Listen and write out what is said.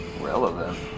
Relevant